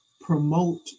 promote